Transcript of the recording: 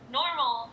normal